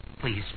Please